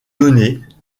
données